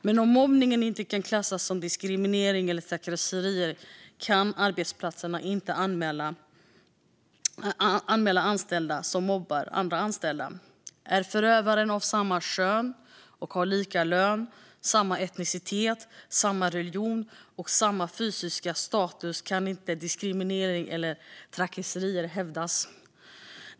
Men om mobbningen inte kan klassas som diskriminering eller trakasserier kan arbetsplatserna inte anmäla anställda som mobbar andra anställda. Är förövaren av samma kön och har lika lön, samma etnicitet, samma religion och samma fysiska status kan diskriminering eller trakasserier inte hävdas.